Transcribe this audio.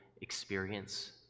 experience